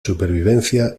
supervivencia